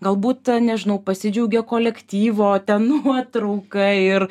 galbūt nežinau pasidžiaugia kolektyvo ten nuotrauka ir